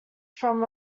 from